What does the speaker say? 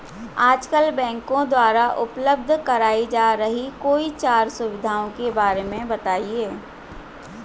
आजकल बैंकों द्वारा उपलब्ध कराई जा रही कोई चार सुविधाओं के बारे में बताइए?